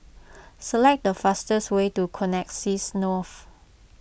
select the fastest way to Connexis North